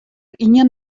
ien